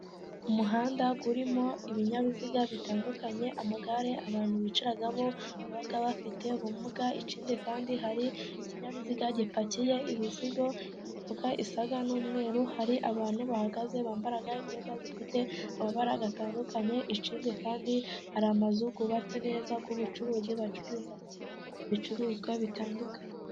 Umuhanda urimo ibinyabiziga bitandukanye, amagare abantu bicaramo baba bafite ubumuga, ikindi kandi hari ikinyabiziga gipakiye imizigo, imifuka isa n'umweru, hari abantu bahagaze bambara imyenda ifite amabara atandukanye, ikindi kandi hari amazu yubatse neza y'ubucuruzi, bacururizamo ibicuruzwa bitandukanye.